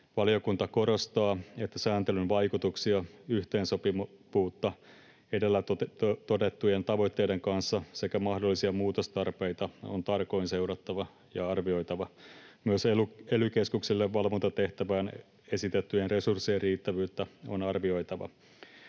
Valiokunta korostaa, että sääntelyn vaikutuksia, yhteensopivuutta edellä todettujen tavoitteiden kanssa sekä mahdollisia muutostarpeita on tarkoin seurattava ja arvioitava. Myös ely-keskukselle valvontatehtävään esitettyjen resurssien riittävyyttä on arvioitava.